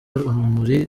urumuri